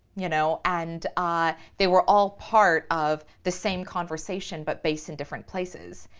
you know, and they were all part of the same conversation but based in different places.